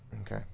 Okay